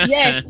Yes